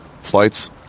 flights